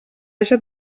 haja